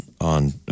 on